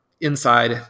inside